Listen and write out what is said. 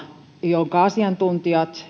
jonka asiantuntijat